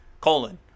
Colon